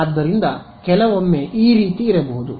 ಆದ್ದರಿಂದ ಕೆಲವೊಮ್ಮೆ ಈ ರೀತಿ ಇರಬಹುದು